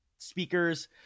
speakers